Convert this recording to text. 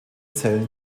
zellen